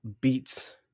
beats